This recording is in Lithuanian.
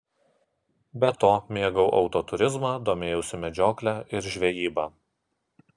be to mėgau autoturizmą domėjausi medžiokle ir žvejyba